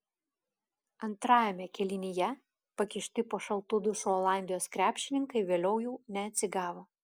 antrajame kėlinyje pakišti po šaltu dušu olandijos krepšininkai vėliau jau neatsigavo